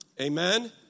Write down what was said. Amen